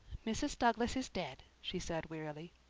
mrs. douglas is dead, she said wearily.